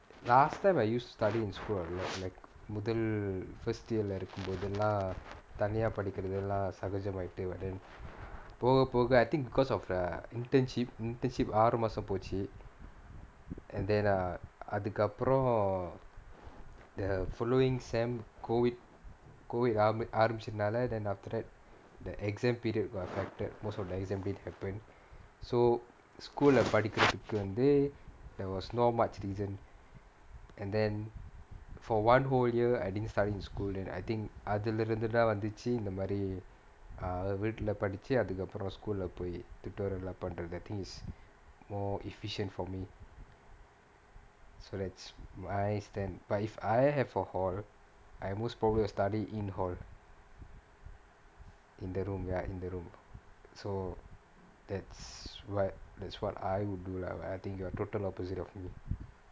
last time I used to study in school a lot like முதல்:mudhal firsty year lah இருக்கும்போதெல்லா தனியா படிக்கிறதெல்லாம் சகஜமாயிட்டு:irukkumpothellaa thaniyaa padikkirathellaam sagajamaayittu but then போக போக:poga poga I think because of the internship internship ஆறு மாசம் போச்சு:aaru maasam pochu and then uh அதுக்கு அப்புறம்:athukku appuram the following semester COVID COVID ஆர~ ஆரம்பிச்சனால:aara~ aarambichchanaala then after that the exam period got affected most of the exam period happened so school படிக்குறதுக்கு வந்து:padikkurathukku vanthu there was not much reason and then for one whole year I didn't study in school then I think அதுல இருந்து தான் வந்துச்சு:athula irunthu thaan vanthuchchu school போயி:poyi tutorial எல்லாம் பண்றது:ellaam pandrathu I think is more efficient for me so that's why I stu~ but if I have a hall I most probably will study in hall in the room ya in the room so that's wha~ that's what I would do lah but I think you are total opposite of me